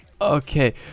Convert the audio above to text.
Okay